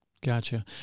Gotcha